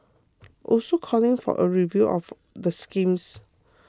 also calling for a review of the schemes